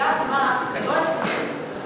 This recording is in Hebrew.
גביית מס זה לא הסכם, זה חוק.